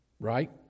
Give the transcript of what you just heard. Right